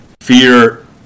fear